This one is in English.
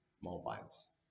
mobiles